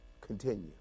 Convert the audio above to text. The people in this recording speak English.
Continue